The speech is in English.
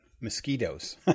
mosquitoes